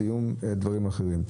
סיום דברים אחרים.